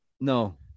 No